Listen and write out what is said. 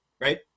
Right